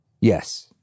Yes